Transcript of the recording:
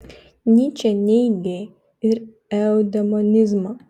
nyčė neigė ir eudemonizmą